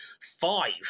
five